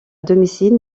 domicile